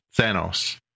Thanos